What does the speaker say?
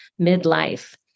midlife